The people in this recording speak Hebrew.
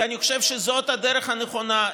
כי אני חושב שזאת הדרך הנכונה.